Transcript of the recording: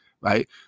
Right